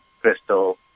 crystal